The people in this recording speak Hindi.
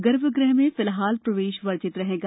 गर्भगृह में फिलहाल प्रवेश वर्जित रहेगा